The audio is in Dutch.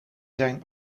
zijn